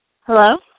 Hello